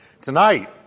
Tonight